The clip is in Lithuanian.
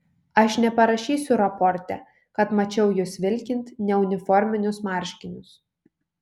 aš neparašysiu raporte kad mačiau jus vilkint neuniforminius marškinius